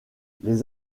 les